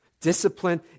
discipline